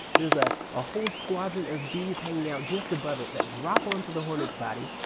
there's ah a whole squadron of bees hanging out just above it that drop onto the hornet's body,